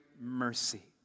mercy